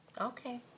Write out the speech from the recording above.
Okay